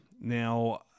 Now